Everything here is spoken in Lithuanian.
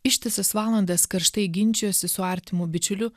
ištisas valandas karštai ginčijosi su artimu bičiuliu